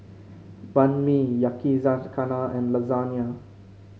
Banh Mi Yakizakana and Lasagne